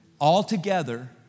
altogether